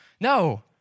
No